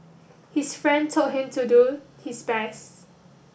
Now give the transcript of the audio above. his friend told him to do his best